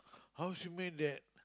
how she make that